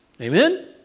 Amen